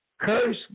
Curse